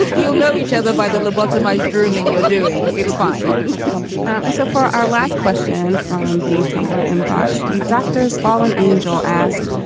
you'll know each other by the lobotomize drooling you're doing. it's fine and so far our last question from the tumblr inbox. the doctor's fallen angel asked,